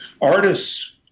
Artists